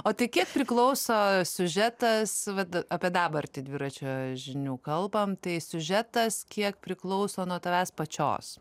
o tai kiek priklauso siužetas vat apie dabartį dviračio žinių kalbam tai siužetas kiek priklauso nuo tavęs pačios